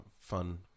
fun